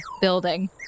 building